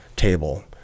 table